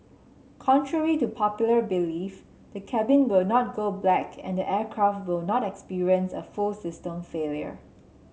contrary to popular belief the cabin will not go black and the aircraft will not experience a full system failure